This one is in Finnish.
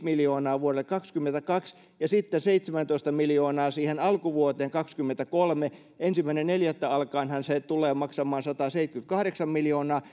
miljoonaa vuodelle kaksikymmentäkaksi ja sitten seitsemäntoista miljoonaa siihen alkuvuoteen kaksikymmentäkolme ensimmäinen neljättä alkaenhan se tulee maksamaan sataseitsemänkymmentäkahdeksan miljoonaa